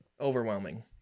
Overwhelming